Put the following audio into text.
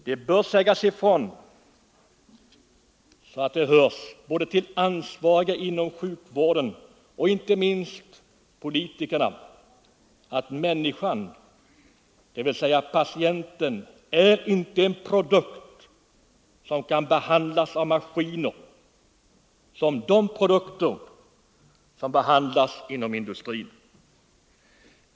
Det bör sägas ifrån så att det hörs både till ansvariga inom sjukvården och inte minst till politikerna, att människan, dvs. patienten, inte är en produkt som kan behandlas av maskiner, såsom man behandlar de produkter som tillverkas inom industrin.